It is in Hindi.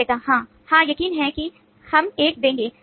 विक्रेता हाँ हाँ यकीन है कि हम एक देंगे